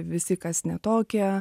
visi kas ne tokie